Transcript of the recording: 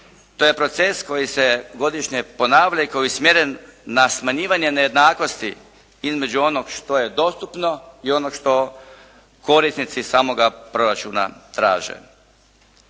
To je proces koji se godišnje ponavlja i koji je usmjeren na smanjivanje nejednakosti između onog što je dostupno i onog što korisnici samoga proračuna traže.